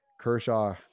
kershaw